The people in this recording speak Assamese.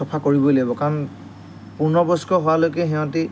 চফা কৰিবই লাগিব কাৰণ পূৰ্ণবয়স্ক হোৱালৈকে সিহঁতি